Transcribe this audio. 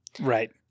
Right